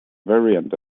variant